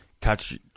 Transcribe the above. catch